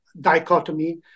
dichotomy